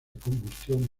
combustión